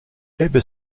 ever